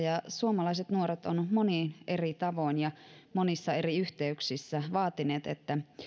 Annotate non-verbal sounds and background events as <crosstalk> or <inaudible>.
<unintelligible> ja suomalaiset nuoret ovat monin eri tavoin ja monissa eri yhteyksissä vaatineet että